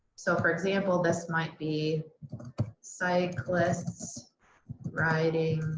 so for example, this might be cyclists riding